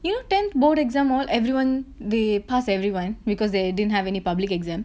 yeah tenth board exam all everyone they passed everyone because they didn't have any public exam